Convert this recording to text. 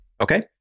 Okay